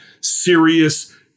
serious